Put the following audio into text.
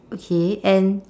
okay and